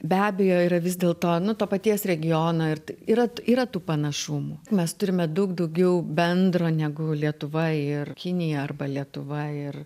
be abejo yra vis dėl to nu to paties regiono ir t yra yra tų panašumų mes turime daug daugiau bendro negu lietuva ir kinija arba lietuva ir